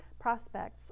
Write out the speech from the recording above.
prospects